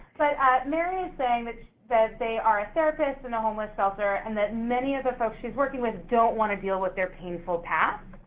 but mary is saying that that they are therapists in a homeless shelter and that many of the folks she's working with don't wanna deal with their painful past.